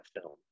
film